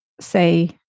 say